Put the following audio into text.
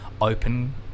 open